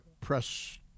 press